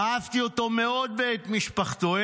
אהבתי אותו מאוד ואת המשפחה שלו.